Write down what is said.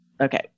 Okay